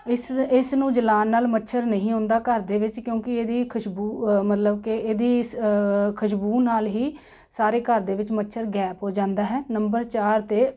ਇਸ ਦੇ ਇਸ ਨੂੰ ਜਲਾਉਣ ਨਾਲ ਮੱਛਰ ਨਹੀਂ ਆਉਂਦਾ ਘਰ ਦੇ ਵਿੱਚ ਕਿਉਂਕਿ ਇਹਦੀ ਖੁਸ਼ਬੂ ਮਤਲਬ ਕਿ ਇਹਦੀ ਸ ਖੁਸ਼ਬੂ ਨਾਲ ਹੀ ਸਾਰੇ ਘਰ ਦੇ ਵਿੱਚ ਮੱਛਰ ਗਾਇਬ ਹੋ ਜਾਂਦਾ ਹੈ ਨੰਬਰ ਚਾਰ 'ਤੇ